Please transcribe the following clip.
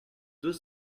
deux